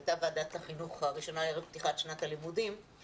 זו הייתה ועדת החינוך הראשונה ערב פתיחת שנת הלימודים,